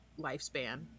lifespan